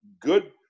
good